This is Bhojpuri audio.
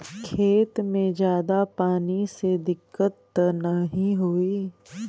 खेत में ज्यादा पानी से दिक्कत त नाही होई?